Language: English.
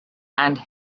and